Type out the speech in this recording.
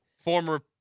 Former